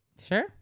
Sure